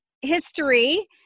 history